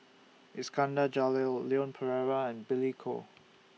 Iskandar Jalil Leon Perera and Billy Koh